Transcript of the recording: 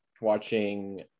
watching